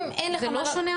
זה לא שונה,